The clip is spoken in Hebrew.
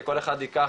שכל אחד ייקח